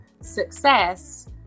success